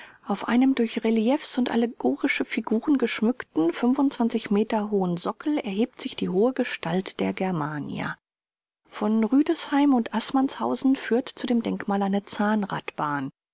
auf einem durch reliefs und allegorische figuren geschmückten meter hohen sockel erhebt sich die hohe gestalt der germania von rüdesheim und aßmannshausen führt zu dem denkmal eine